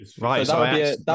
right